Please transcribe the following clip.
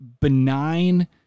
benign